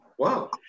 Wow